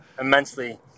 Immensely